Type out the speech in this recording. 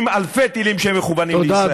עם אלפי טילים שמכוונים לישראל.